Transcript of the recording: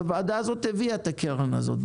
והוועדה הזאת הביאה את הקרן הזאת.